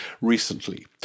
recently